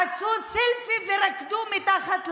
עשו סלפי ורקדו מתחת לבית.